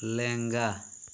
ᱞᱮᱝᱜᱟ